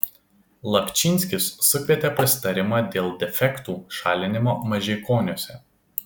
lapčynskis sukvietė pasitarimą dėl defektų šalinimo mažeikoniuose